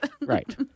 right